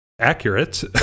accurate